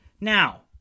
Now